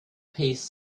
piece